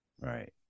Right